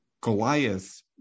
Goliath